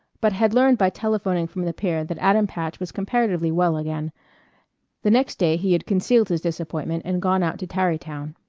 but had learned by telephoning from the pier that adam patch was comparatively well again the next day he had concealed his disappointment and gone out to tarrytown.